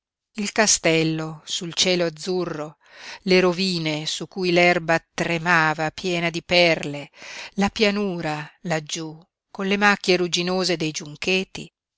il castello sul cielo azzurro le rovine su cui l'erba tremava piena di perle la pianura laggiú con le macchie rugginose dei giuncheti